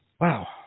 Wow